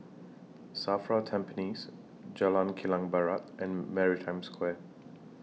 SAFRA Tampines Jalan Kilang Barat and Maritime Square